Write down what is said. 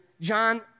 John